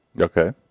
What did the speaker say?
Okay